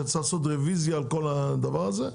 שצריך לעשות רוויזיה על כל הדבר הזה?